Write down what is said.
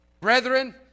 Brethren